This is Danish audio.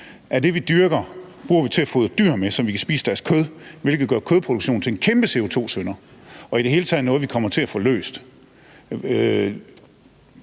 det, vi dyrker, bruges til at fodre dyr med, så vi kan spise deres kød, hvilket gør kødproduktion til en kæmpe CO₂-synder og i det hele taget noget, vi kommer til at få løst.